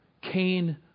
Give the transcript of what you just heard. Cain